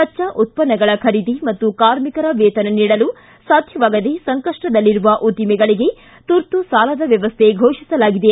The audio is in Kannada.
ಕಚ್ಚಾ ಉತ್ಪನ್ನಗಳ ಖರೀದಿ ಮತ್ತು ಕಾರ್ಮಿಕರ ವೇತನ ನೀಡಲು ಸಾಧ್ಯವಾಗದೇ ಸಂಕಷ್ಟದಲ್ಲಿರುವ ಉದ್ದಿಮೆಗಳಿಗೆ ತುರ್ತು ಸಾಲದ ವ್ಯವಸ್ಥೆ ಘೋಷಿಸಲಾಗಿದೆ